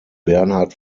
bernhard